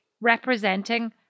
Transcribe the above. representing